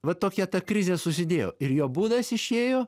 va tokia ta krizė susidėjo ir jo būdas išėjo